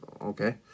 Okay